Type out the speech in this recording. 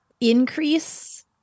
increase